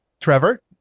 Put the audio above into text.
Trevor